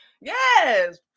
Yes